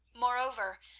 moreover,